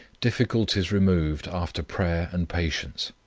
difficulties removed after prayer and patience.